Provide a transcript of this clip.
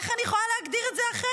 איך אני יכולה להגדיר את זה אחרת?